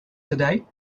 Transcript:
today